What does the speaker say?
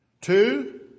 Two